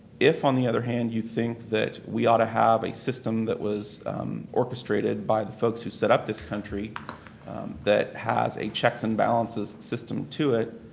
if, on the other hand, you think that we ought to have a system that was orchestrated by the folks who set up this country that has a checks and balances system to it,